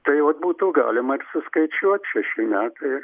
tai vat būtų galima ir suskaičiuot šeši metai